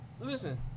listen